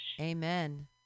Amen